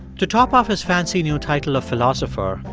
to top off his fancy new title of philosopher,